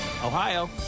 Ohio